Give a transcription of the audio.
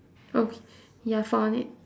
okay ya found it